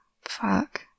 Fuck